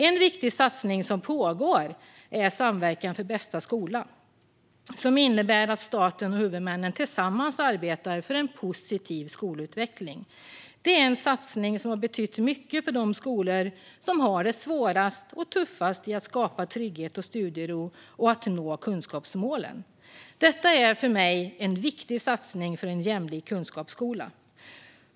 En viktig satsning som pågår är Samverkan för bästa skola, som innebär att staten och huvudmännen tillsammans arbetar för en positiv skolutveckling. Det är en satsning som har betytt mycket för de skolor som har det svårast och tuffast när det gäller att skapa trygghet och studiero och att nå kunskapsmålen. Detta är för mig en viktig satsning för en jämlik kunskapsskola.